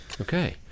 Okay